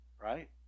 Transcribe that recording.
right